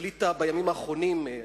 החליטה בימים האחרונים,